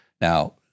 Now